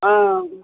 অঁ